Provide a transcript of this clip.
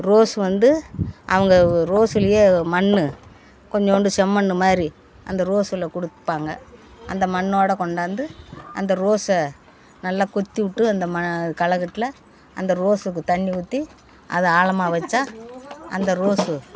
rose வந்து அவங்க ரோஸுலயே மண்ணு கொஞ்சோண்டு செம்மண்ணு மாதிரி அந்த ரோஸுல கொடுப்பாங்க அந்த மண்ணோட கொண்டாந்து அந்த ரோஸை நல்லா கொத்தி விட்டு அந்த ம களைக்கட்டுல அந்த ரோஸுக்கு தண்ணி ஊற்றி அதை ஆழமாக வச்சால் அந்த ரோஸு